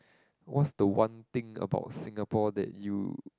what's the one thing about Singapore that you